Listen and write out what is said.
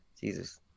Jesus